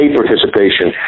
participation